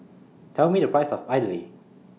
Tell Me The Price of Idly